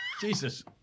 Jesus